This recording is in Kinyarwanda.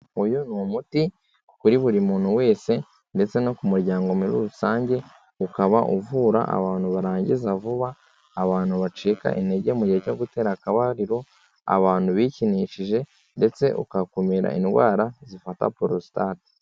Uyu ni umuti kuri buri muntu wese ndetse no ku muryango muri rusange, ukaba uvura abantu barangiza vuba, abantu bacika intege mu gihe cyo gutera akabariro, abantu bikinishije, ndetse ugakumira indwara zifata porositate.